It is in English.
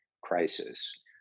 crisis